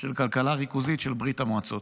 של כלכלה ריכוזית של ברית המועצות?